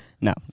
No